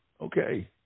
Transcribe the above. Okay